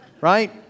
Right